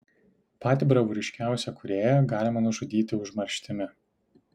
patį bravūriškiausią kūrėją galima nužudyti užmarštimi